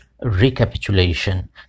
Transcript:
recapitulation